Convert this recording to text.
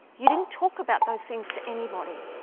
you didn't talk about those things to anybody